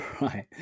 right